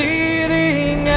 Leading